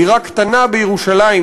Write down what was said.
דירה קטנה בירושלים,